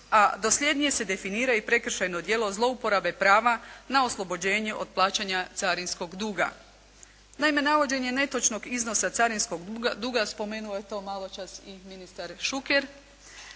a dosljednije se definira i prekršajno djelo zlouporabe prava na oslobođenje od plaćanja carinskog duga. Naime navođenje netočnog iznosa carinskog duga spomenuo je to malo čas i ministar Šuker,